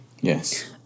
yes